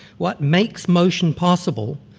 what makes motion possible,